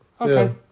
Okay